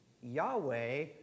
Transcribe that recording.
Yahweh